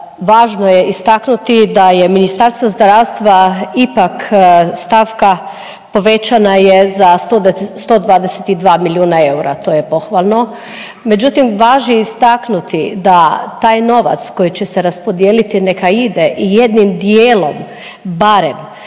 važno je istaknuti da je Ministarstvo zdravstva ipak stavka, povećana je za 122 milijuna eura. To je pohvalno, međutim važi istaknuti da taj novac koji će se raspodijeliti neka ide i jednim dijelom barem